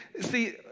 see